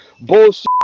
bullshit